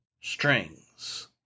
strings